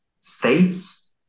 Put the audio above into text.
states